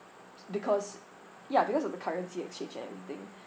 because ya because of the currency exchange and everything